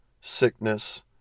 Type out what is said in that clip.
sickness